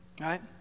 Right